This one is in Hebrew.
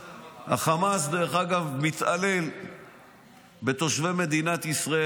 החמאס, דרך אגב, מתעלל בתושבי מדינת ישראל.